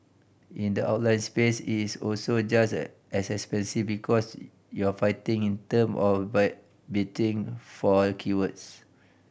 in the outline space is also just as expensive because you're fighting in term of by bidding for keywords